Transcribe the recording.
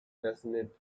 passionate